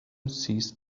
ceased